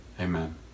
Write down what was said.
Amen